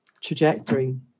trajectory